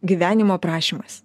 gyvenimo aprašymas